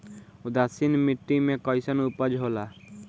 उदासीन मिट्टी में कईसन उपज होला?